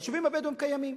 היישובים הבדואיים קיימים,